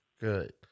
Good